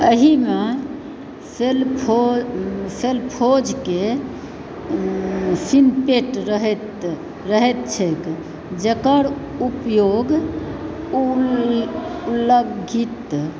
एहिमे सेल्फोजके सिम्पेट रहैत रहैत छैक जेकर उपयोग उलङ्घित